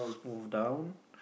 move down